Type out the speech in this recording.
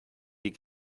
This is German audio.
die